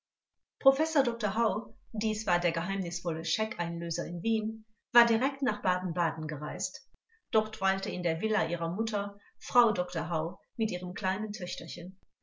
professor dr hau dies war der geheimnisvolle scheckeinlöser in wien war direkt nach baden-baden gereist dort weilte in der villa ihrer mutter frau dr hau mit ihrem kleinen töchterchen